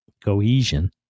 cohesion